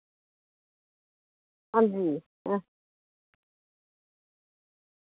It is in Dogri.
हां जी हां